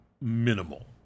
minimal